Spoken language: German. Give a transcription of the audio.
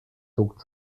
zog